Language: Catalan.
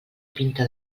pinta